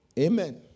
Amen